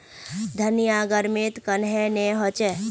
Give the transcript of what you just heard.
धनिया गर्मित कन्हे ने होचे?